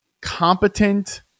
competent